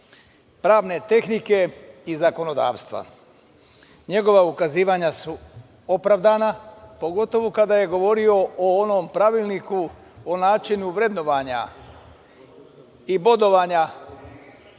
pravne tehnike i zakonodavstva. Njegova ukazivanja su opravdana, pogotovo kada je govorio o onom Pravilniku o načinu vrednovanja i bodovanja